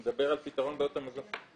הוא מדבר על פתרון בעיות המזון.